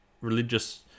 religious